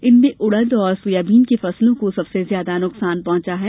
इनमें उड़द और सोयाबीन की फसलों को सबसे ज्यादा नुकसान पहुंचा है